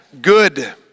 good